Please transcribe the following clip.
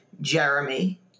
Jeremy